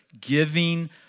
giving